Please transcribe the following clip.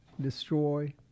destroy